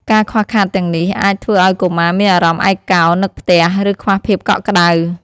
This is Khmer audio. ការខ្វះខាតទាំងនេះ អាចធ្វើឱ្យកុមារមានអារម្មណ៍ឯកោ នឹកផ្ទះ ឬខ្វះភាពកក់ក្ដៅ។